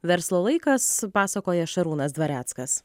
verslo laikas pasakoja šarūnas dvareckas